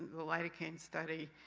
the lidocaine study,